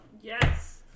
Yes